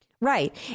Right